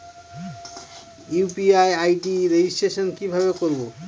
UPI ID registration কিভাবে করব?